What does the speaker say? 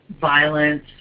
violence